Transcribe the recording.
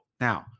now